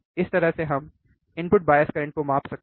इस तरह से हम इनपुट बायस करंट को माप सकते हैं